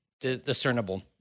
discernible